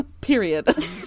Period